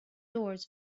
doors